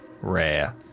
rare